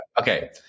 Okay